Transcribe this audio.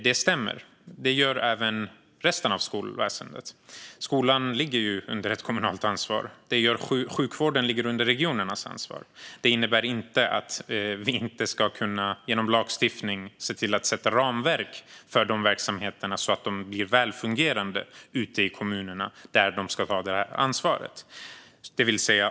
Det är även resten av skolväsendet. Skolan ligger ju under ett kommunalt ansvar. Sjukvården ligger under regionernas ansvar. Det innebär inte att vi inte genom lagstiftning kan se till att sätta ramverk för dessa verksamheter, så att de blir välfungerande ute i kommunerna, som ska ha detta ansvar.